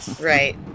Right